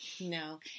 No